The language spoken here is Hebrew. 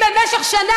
ונחשו מה?